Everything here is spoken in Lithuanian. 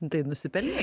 tai nusipelnei